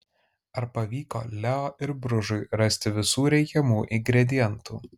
ar pavyko leo ir bružui rasti visų reikiamų ingredientų